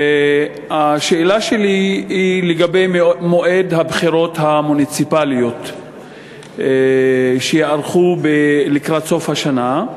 השאלה שלי היא לגבי מועד הבחירות המוניציפליות שייערכו לקראת סוף השנה.